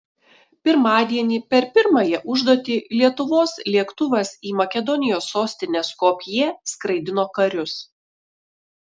pirmadienį per pirmąją užduotį lietuvos lėktuvas į makedonijos sostinę skopję skraidino karius